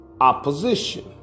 opposition